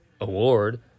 Award